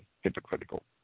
hypocritical